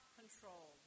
control